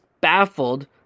baffled